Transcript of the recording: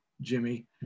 Jimmy